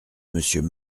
monsieur